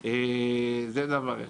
זה דבר אחד.